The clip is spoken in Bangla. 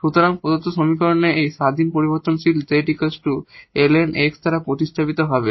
সুতরাং প্রদত্ত সমীকরণে এই ইন্ডিপেন্ডেট ভেরিয়েবল 𝑧 ln 𝑥 দ্বারা প্রতিস্থাপিত হবে